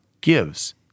gives